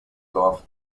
dorf